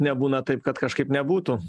nebūna taip kad kažkaip nebūtų